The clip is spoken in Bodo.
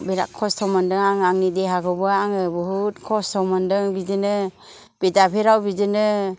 बेराद खस्थ' मोन्दों आङो आंनि देहाखौबो आङो बुहुद खस्थ' मोन्दों बिदिनो बिद्दाफिद आव बिदिनो